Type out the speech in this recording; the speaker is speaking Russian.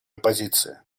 оппозиции